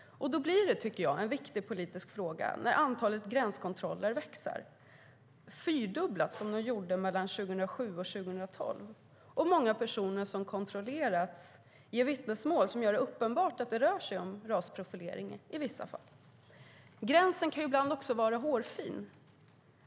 Och då blir det, tycker jag, en viktig politisk fråga när antalet gränskontroller växer - de fyrdubblades mellan 2007 och 2012 - och många personer som kontrollerats ger vittnesmål som gör det uppenbart att det rör sig om rasprofilering i vissa fall. Gränsen kan ibland vara hårfin.